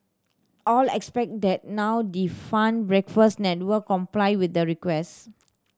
all expect that now defunct Breakfast Network complied with the request